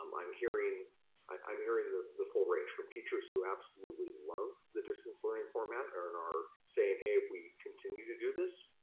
um i'm hearing i'm hearing the the full range, from teachers who absolutely love the distance learning format, and are saying, hey, if we continue to do this,